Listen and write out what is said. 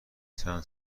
چند